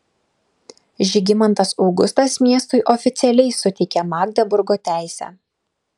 žygimantas augustas miestui oficialiai suteikė magdeburgo teisę